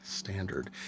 standard